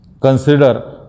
consider